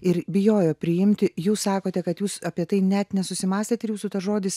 ir bijojo priimti jūs sakote kad jūs apie tai net nesusimąstėt ir jūsų žodis